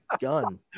gun